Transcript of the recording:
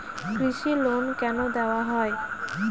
কৃষি লোন কেন দেওয়া হয়?